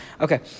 Okay